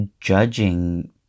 judging